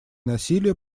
насилия